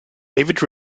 david